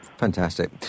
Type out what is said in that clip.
Fantastic